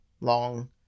long